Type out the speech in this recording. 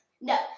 No